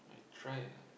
I try ah